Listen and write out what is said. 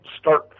start